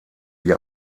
wie